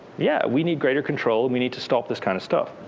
yeah we need greater control. and we need to stop this kind of stuff.